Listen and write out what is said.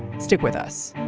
stick with us